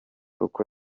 uko